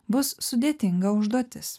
bus sudėtinga užduotis